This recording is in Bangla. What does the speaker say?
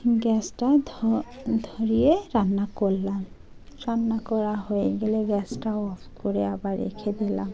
গ্যাসটা ধরিয়ে রান্না করলাম রান্না করা হয়ে গেলে গ্যাসটা অফ করে আবার রেখে দিলাম